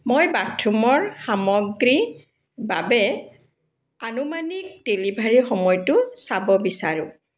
মই বাথৰুমৰ সামগ্ৰীৰ বাবে আনুমানিক ডেলিভাৰীৰ সময়টো চাব বিচাৰোঁ